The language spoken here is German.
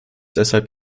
deshalb